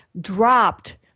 dropped